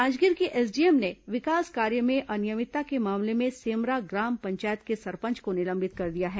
जांजगीर की एसडीएम ने विकास कार्य में अनियमितता के मामले में सेमरा ग्राम पंचायत के सरपंच को निलंबित कर दिया है